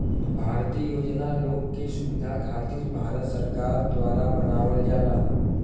भारतीय योजना लोग के सुविधा खातिर भारत सरकार द्वारा बनावल जाला